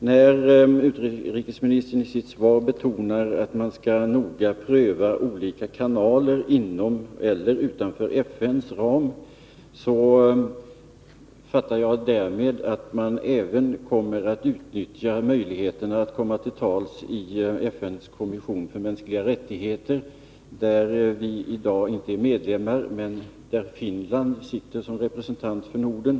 När utrikesministern i sitt svar betonar att man skall noga pröva olika kanaler inom eller utom FN:s ram, förstår jag därmed att man även kommer att utnyttja möjligheterna att komma till tals i FN:s kommission för mänskliga rättigheter. Vårt land är i dag inte medlem där, men Finland sitter som representant för Norden.